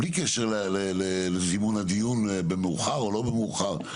בלי קשר לזימון הדיון במאוחר או לא במאוחר,